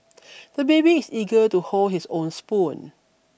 the baby is eager to hold his own spoon